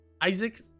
isaac